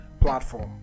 platform